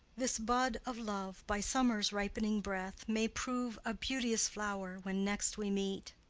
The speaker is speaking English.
this bud of love, by summer's ripening breath, may prove a beauteous flow'r when next we meet.